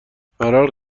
فرار